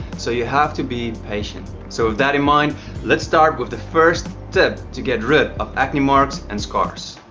so you have to be patient. so with that in mind let's start with the first tip to get rid of acne marks and scars